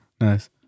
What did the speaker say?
nice